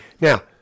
Now